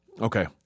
Okay